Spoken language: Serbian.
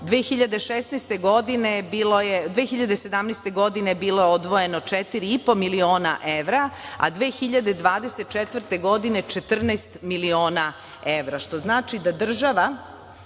2017. bilo je odvojeno 4,5 miliona evra, a 2024. godine 14 miliona evra, što znači da država